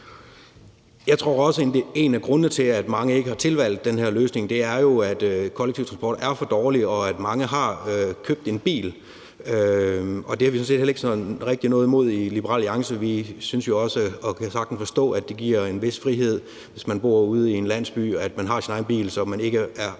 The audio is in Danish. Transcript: Jeg tror jo også, at en af grundene til, at mange ikke har tilvalgt den her løsning, er, at den kollektive transport er for dårlig, og at mange har købt en bil, og det har vi sådan set heller ikke rigtig noget imod i Liberal Alliance. Vi synes jo også, og vi kan sagtens forstå, at det, hvis man bor ude i en landsby, giver en vis frihed, at man har sin egen bil, så man ikke er